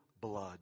blood